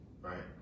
Right